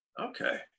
Okay